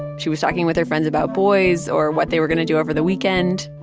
she was talking with her friends about boys or what they were going to do over the weekend.